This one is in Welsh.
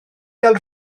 gael